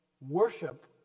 worship